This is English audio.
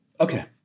Okay